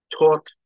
taught